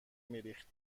میریخت